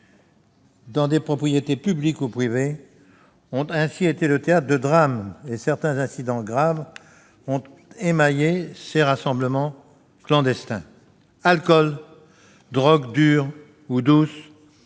dans des propriétés publiques ou privées, ont été le théâtre de drames ; certains incidents graves ont émaillé ces rassemblements clandestins. Qu'il s'agisse d'alcool,